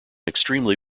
extremely